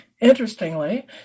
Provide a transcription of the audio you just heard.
Interestingly